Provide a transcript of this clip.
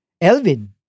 Elvin